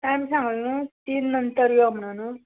time सांगल न्हू तीन नंतर यो म्हणन न्हू